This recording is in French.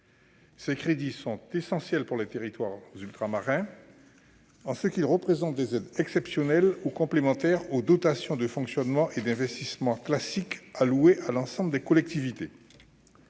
Ces crédits sont essentiels pour les territoires ultramarins en ce qu'ils représentent des aides exceptionnelles ou complémentaires aux dotations de fonctionnement et d'investissement classiques allouées à l'ensemble des collectivités.